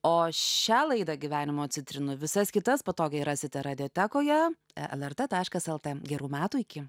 o šią laidą gyvenimo citrinų visas kitas patogiai rasite radiotekoje lrt taškas lt gerų metų iki